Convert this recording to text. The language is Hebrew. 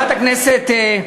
בצדק, בצדק.